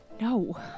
No